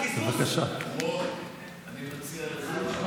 אני לקראת קיזוז.